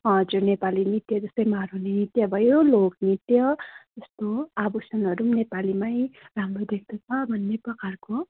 हजुर नेपाली नृत्य जस्तै मारुनी नृत्य भयो लोक नृत्य जस्तो आभूषणहरू पनि नेपालीमै राम्रो देख्दछ भन्ने प्रकारको